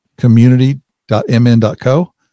community.mn.co